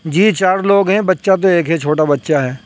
جی چار لوگ ہیں بچہ تو ایک ہے چھوٹا بچہ ہے